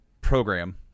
program